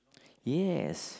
yes